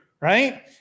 right